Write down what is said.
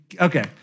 Okay